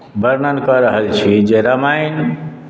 वर्णन कऽ रहल छी जे रामायण